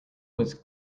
was